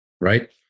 Right